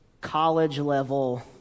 college-level